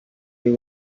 y’u